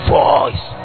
voice